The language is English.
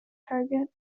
target